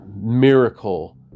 miracle